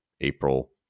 April